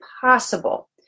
possible